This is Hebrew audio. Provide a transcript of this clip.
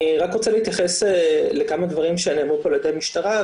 אני רק רוצה להתייחס לכמה דברים שנאמרו פה על ידי המשטרה,